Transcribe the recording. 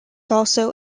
also